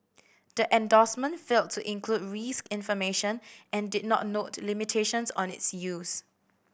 the endorsement failed to include risk information and did not note limitations on its use